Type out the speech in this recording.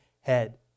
head